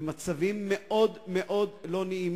במצבים לא נעימים,